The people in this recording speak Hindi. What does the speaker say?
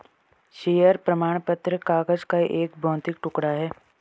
शेयर प्रमाण पत्र कागज का एक भौतिक टुकड़ा है